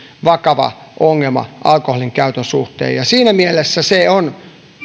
vakava ongelma alkoholinkäytön suhteen siinä mielessä se on